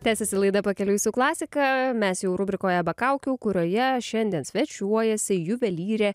tęsiasi laida pakeliui su klasika mes jau rubrikoje be kaukių kurioje šiandien svečiuojasi juvelyrė